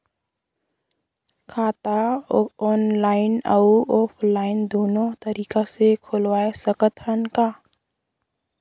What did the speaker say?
खाता ऑनलाइन अउ ऑफलाइन दुनो तरीका ले खोलवाय सकत हन का?